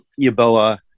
Yaboa